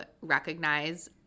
recognize